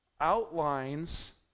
outlines